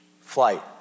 flight